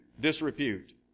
disrepute